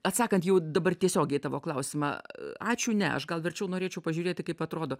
atsakant jau dabar tiesiogiai į tavo klausimą ačiū ne aš gal verčiau norėčiau pažiūrėti kaip atrodo